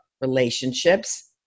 relationships